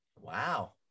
Wow